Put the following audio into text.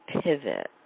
pivot